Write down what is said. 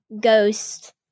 ghost